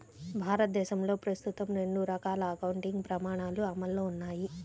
భారతదేశంలో ప్రస్తుతం రెండు రకాల అకౌంటింగ్ ప్రమాణాలు అమల్లో ఉన్నాయి